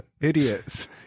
Idiots